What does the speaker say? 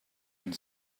and